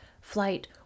flight